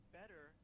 better